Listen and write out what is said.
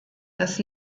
das